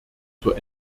zur